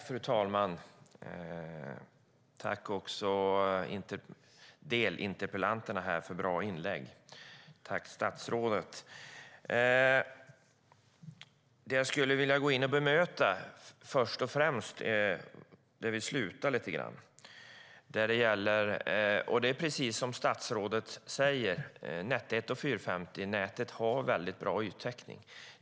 Fru talman! Jag tackar mina kolleger för bra inlägg och tackar också statsrådet. Jag skulle först och främst vilja ta upp det som statsrådet helt riktigt säger, att Net 1 och 450-nätet har mycket bra yttäckning.